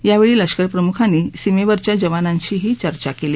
यावरी लष्कर प्रमुखांनी सीमविच्या जवानांशीही चर्चा कली